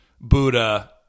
Buddha